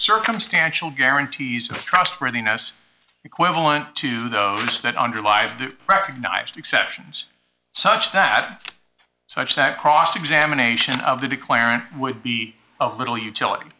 circumstantial guarantees and trustworthiness equivalent to those that underlie recognized exceptions such that such that cross examination of the declarant would be of little utility